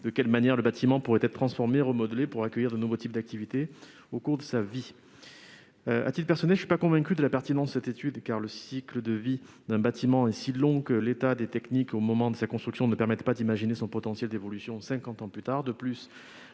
de quelle manière le bâtiment pourrait être transformé et remodelé pour accueillir de nouveaux types d'activités au cours de sa vie. À titre personnel, je ne suis pas convaincu de la pertinence de cette étude, car le cycle de vie d'un bâtiment est si long que l'état des techniques au moment de sa construction ne permet pas d'imaginer son potentiel d'évolution cinquante ans plus tard.